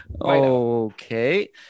Okay